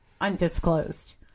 undisclosed